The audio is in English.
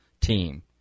team